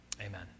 amen